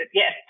yes